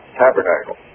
tabernacle